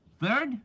Third